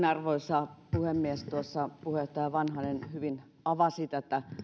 arvoisa puhemies tuossa puheenjohtaja vanhanen hyvin avasi tätä